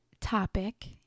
topic